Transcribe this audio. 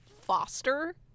Foster